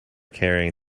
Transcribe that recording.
carrying